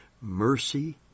mercy